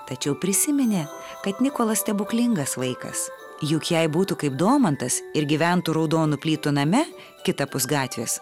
tačiau prisiminė kad nikolas stebuklingas vaikas juk jei būtų kaip domantas ir gyventų raudonų plytų name kitapus gatvės